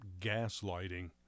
gaslighting